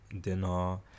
Dinner